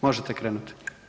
Možete krenuti.